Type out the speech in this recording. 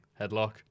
headlock